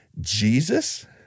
Jesus